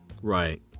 right